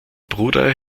bruder